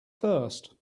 first